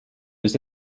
was